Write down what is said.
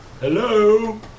Hello